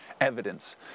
evidence